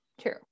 true